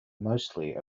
mostly